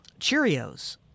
Cheerios